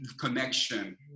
connection